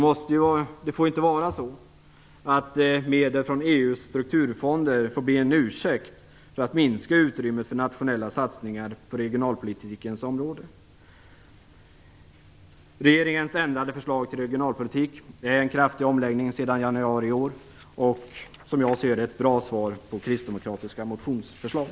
Medel från EU:s strukturfonder får inte bli en ursäkt för att minska utrymmet för nationella satsningar på regionalpolitikens område. Regeringens ändrade förslag till regionalpolitik är en kraftig omläggning sedan januari i år och, som jag ser det, ett bra svar på kristdemokratiska motionsförslag.